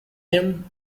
him